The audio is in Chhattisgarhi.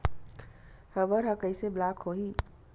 हमर ह कइसे ब्लॉक होही?